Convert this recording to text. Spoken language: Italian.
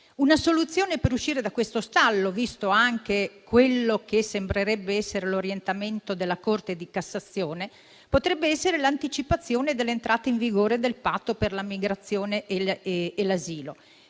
Una soluzione per uscire da questo stallo, visto anche quello che sembrerebbe essere l'orientamento della Corte di cassazione, potrebbe essere l'anticipazione dell'entrata in vigore del Patto per la migrazione e l'asilo